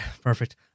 perfect